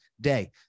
day